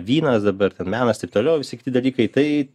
vynas dabar ten menas taip toliau visi kiti dalykai tai